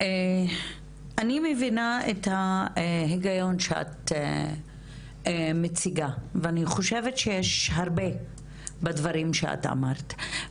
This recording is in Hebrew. אני מבינה את ההיגיון שאת מציגה ואני חושבת שיש הרבה בדברים שאת אמרת,